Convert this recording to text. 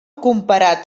comparat